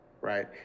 Right